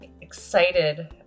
excited